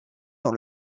dans